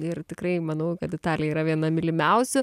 ir tikrai manau kad italija yra viena mylimiausių